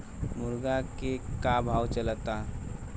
मुर्गा के का भाव चलता?